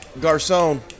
Garcon